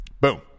boom